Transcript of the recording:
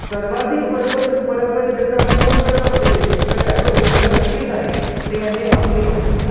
सर्वाधिक परंपरा परंपरा जतन कोण करत असेल तर त्यात उत्तर नक्कीच आहे ते म्हणजे आपली भाषा